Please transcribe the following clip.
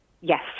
Yes